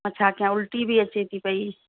मां छा कयां उल्टी बि अचे थी पई